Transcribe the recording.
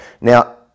Now